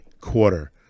quarter